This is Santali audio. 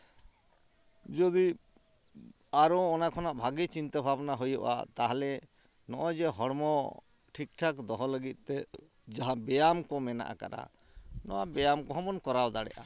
ᱡᱚᱫᱤ ᱟᱨᱚ ᱚᱱᱟ ᱠᱷᱚᱱᱟᱜ ᱵᱷᱟᱜᱮ ᱪᱤᱱᱛᱟᱹ ᱵᱷᱟᱵᱱᱟ ᱦᱩᱭᱩᱜᱼᱟ ᱛᱟᱦᱚᱞᱮ ᱱᱚᱜᱼᱚᱭ ᱡᱮ ᱦᱚᱲᱢᱚ ᱴᱷᱤᱠᱼᱴᱷᱟᱠ ᱫᱚᱦᱚ ᱞᱟᱹᱜᱤᱫ ᱛᱮ ᱡᱟᱦᱟᱸ ᱵᱮᱭᱟᱢ ᱠᱚ ᱢᱮᱱᱟᱜ ᱟᱠᱟᱫᱼᱟ ᱱᱚᱣᱟ ᱵᱮᱭᱟᱢ ᱠᱚᱦᱚᱸ ᱵᱚᱱ ᱠᱚᱨᱟᱣ ᱫᱟᱲᱮᱭᱟᱜᱼᱟ